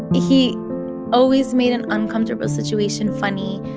he always made an uncomfortable situation funny.